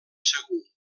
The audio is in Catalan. segur